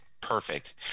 perfect